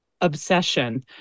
obsession